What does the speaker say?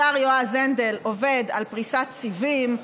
השר יועז הנדל עובד על פריסת סיבים,